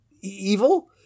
evil